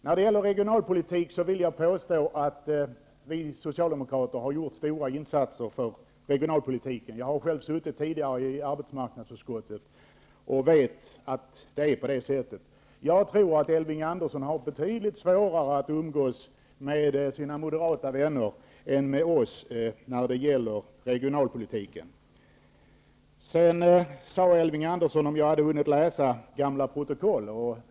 När det gäller regionalpolitik vill jag påstå att vi socialdemokrater har gjort stora insatser för regionalpolitiken. Jag har själv tidigare suttit i arbetsmarknadsutskottet, och vet att det är så. Elving Andersson har betydligt svårare, tror jag, att umgås med sina moderata vänner än med oss när det gäller regionalpolitiken. Sedan undrade Elving Andersson om jag hade hunnit läsa gamla protokoll.